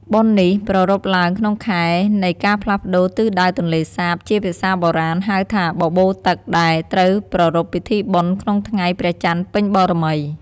បុណ្យនេះប្រារព្ធឡើងក្នុងខែនៃការផ្លាស់ប្តូរទិសដៅទន្លេសាប ជាភាសាបុរាណហៅថា “បបូរទឹក” ដែលត្រូវប្រារព្ធពិធីបុណ្យក្នុងថ្ងៃព្រះច័ន្ទពេញបូណ៌មី។